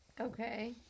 Okay